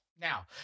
Now